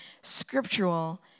scriptural